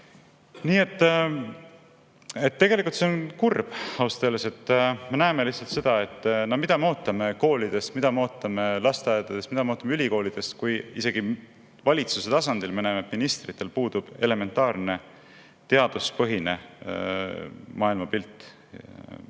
Nii et tegelikult see on kurb ausalt öeldes. Me näeme lihtsalt seda … No mida me ootame koolidest, mida me ootame lasteaedadest, mida me ootame ülikoolidest, kui isegi valitsuse tasandil me näeme, et ministritel puudub elementaarne teaduspõhine maailmapilt.